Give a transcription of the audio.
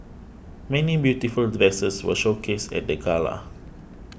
many beautiful dresses were showcased at the gala